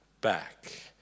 back